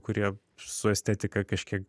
kurie su estetika kažkiek